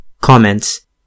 Comments